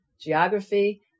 geography